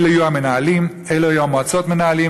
אלה יהיו המנהלים, אלה יהיו מועצות המנהלים.